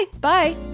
bye